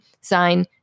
sign